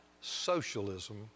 socialism